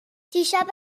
دیشب